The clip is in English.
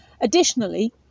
Additionally